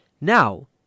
Now